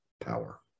power